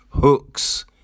hooks